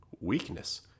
weakness